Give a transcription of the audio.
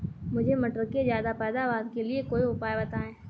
मुझे मटर के ज्यादा पैदावार के लिए कोई उपाय बताए?